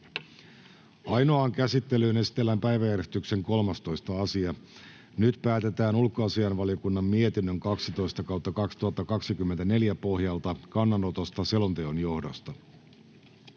Ainoaan käsittelyyn esitellään päiväjärjestyksen 13. asia. Nyt päätetään ulkoasiainvaliokunnan mietinnön UaVM 12/2024 vp pohjalta kannanotosta selonteon johdosta.